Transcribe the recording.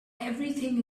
everything